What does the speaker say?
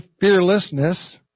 fearlessness